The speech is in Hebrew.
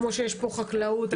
כמו חקלאות,